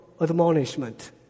admonishment